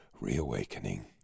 reawakening